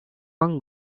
wrong